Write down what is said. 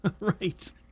Right